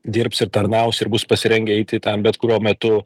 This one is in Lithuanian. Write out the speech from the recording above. dirbs ir tarnaus ir bus pasirengę eiti ten bet kuriuo metu